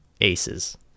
aces